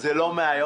זה לא מהיום,